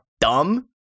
Dumb